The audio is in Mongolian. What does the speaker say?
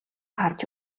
харж